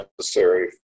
necessary